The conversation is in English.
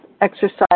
exercise